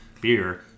beer